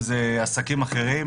אם זה עסקים אחרים.